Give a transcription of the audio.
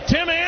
Tim